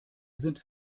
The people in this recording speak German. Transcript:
sind